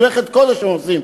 מלאכת קודש הם עושים,